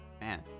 man